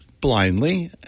blindly